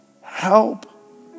help